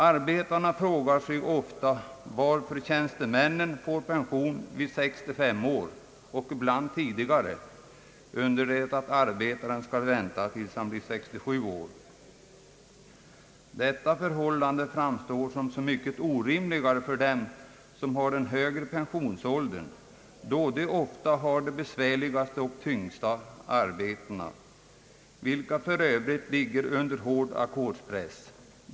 Arbetarna frågar sig ofta varför tjänstemännen får pension vid 65 år och ibland tidigare, under det att arbetarna skall vänta tills de blir 67 år. Detta förhållande framstår som så mycket orimligare för dem som har en högre pensionsålder då de ofta har de besvärligaste och tyngsta arbetsuppgifterna, för övrigt under hård ackordspress.